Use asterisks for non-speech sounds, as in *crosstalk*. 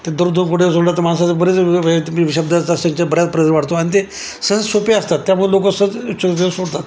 ते दररोज दोन कोडे सोडलं तर माणसाचा बरेच *unintelligible* शब्दाचा संच बऱ्याच प्रमाणात वाढतो आणि ते सहज सोपे असतात त्यामुळे लोक *unintelligible* सोडतात